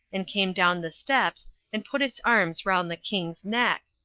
and came down the steps and put its arms round the king's neck,